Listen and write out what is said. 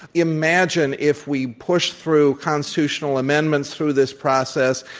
imagine if we push through constitutional amendments through this process,